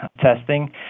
testing